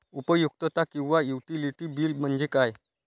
उपयुक्तता किंवा utility bill म्हणजे काय?